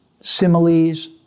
similes